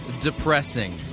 depressing